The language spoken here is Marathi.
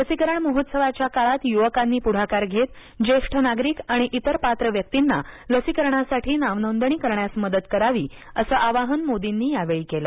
लसीकरण महोत्सवाच्या काळात युवकांनी पुढाकार घेत ज्येष्ठ नागरिक आणि इतर पात्र व्यक्तींना लसीकरणासाठी नावनोंदणी करण्यास मदत करावी असं आवाहन मोदींनी यावेळी केलं